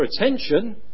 attention